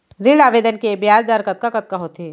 ऋण आवेदन के ब्याज दर कतका कतका होथे?